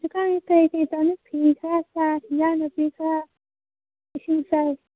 ꯍꯧꯖꯤꯛꯀꯥꯟ ꯀꯔꯤ ꯀꯔꯤ ꯇꯧꯅꯤ ꯐꯤ ꯈꯔ ꯁꯥ ꯌꯦꯟꯖꯥꯡ ꯅꯥꯄꯤ ꯈꯔ ꯏꯁꯤꯡ ꯆꯥꯏ